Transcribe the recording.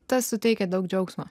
tas suteikė daug džiaugsmo